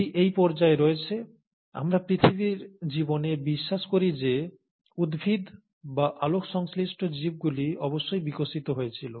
এটি এই পর্যায়ে রয়েছে আমরা পৃথিবীর জীবনে বিশ্বাস করি যে উদ্ভিদ বা আলোকসংশ্লিষ্ট জীবগুলি অবশ্যই বিকশিত হয়েছিল